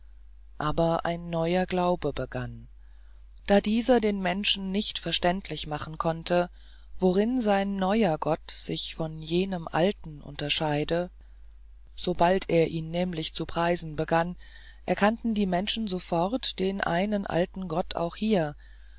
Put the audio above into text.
aber ein neuer glaube begann da dieser den menschen nicht verständlich machen konnte worin sein neuer gott sich von jenem alten unterscheide sobald er ihn nämlich zu preisen begann erkannten die menschen sofort den einen alten gott auch hier